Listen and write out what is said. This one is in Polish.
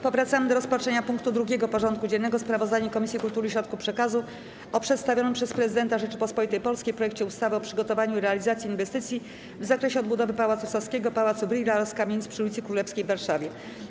Powracamy do rozpatrzenia punktu 2. porządku dziennego: Sprawozdanie Komisji Kultury i Środków Przekazu o przedstawionym przez Prezydenta Rzeczypospolitej Polskiej projekcie ustawy o przygotowaniu i realizacji inwestycji w zakresie odbudowy Pałacu Saskiego, Pałacu Brühla oraz kamienic przy ulicy Królewskiej w Warszawie.